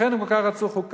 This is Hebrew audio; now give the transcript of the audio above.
לכן הם כל כך רצו חוקה.